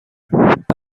بنده